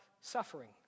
suffering